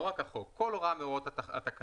לא רק החוק אלא כל הוראה מהוראות התקנות,